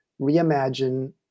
reimagine